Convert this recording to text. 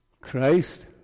Christ